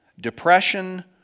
depression